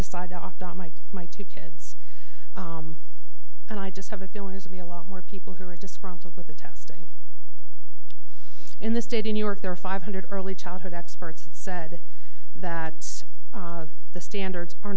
decide to opt out my my two kids and i just have a feeling as i mean a lot more people who are disgruntled with the testing in the state in new york there are five hundred early childhood experts that said that the standards are